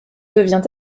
devient